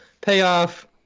payoff